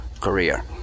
career